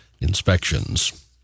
inspections